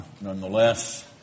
nonetheless